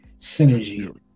synergy